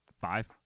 Five